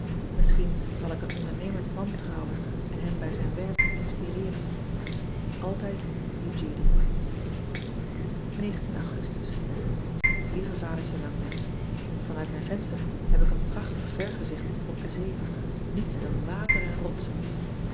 isschien zal ik een ondernemend man trouwen en hem bij zijn werk inspireeren ltijd e udy ugustus ieve adertje angbeen an uit mijn venster heb ik een prachtig vergezicht op de zee niets dan water en rotsen